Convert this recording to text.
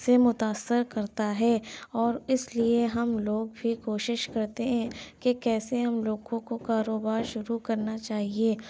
سے متاثر کرتا ہے اور اس لیے ہم لوگ بھی کوشش کرتے ہیں کہ کیسے ہم لوگوں کو کاروبار شروع کرنا چاہیے